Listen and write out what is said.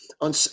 on